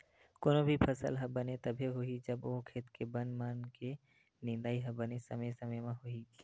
कोनो भी फसल ह बने तभे होही जब ओ खेत के बन मन के निंदई ह बने समे समे होही